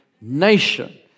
nation